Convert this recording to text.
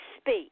speak